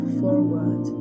forward